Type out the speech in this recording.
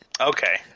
okay